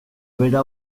bera